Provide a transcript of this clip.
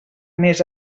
més